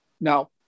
Now